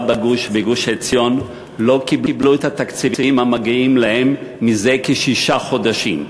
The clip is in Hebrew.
בגוש-עציון לא קיבלו את התקציבים המגיעים להן זה כשישה חודשים.